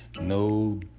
no